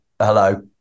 hello